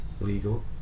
legal